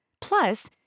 Plus